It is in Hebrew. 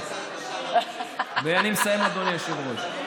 אני מסיים, אדוני היושב-ראש.